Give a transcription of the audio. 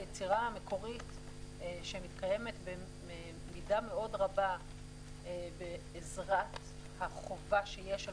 היצירה המקורית שמתקיימת במידה מאוד רבה בעזרת החובה שיש על